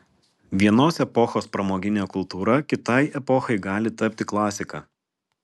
vienos epochos pramoginė kultūra kitai epochai gali tapti klasika